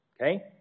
Okay